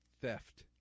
theft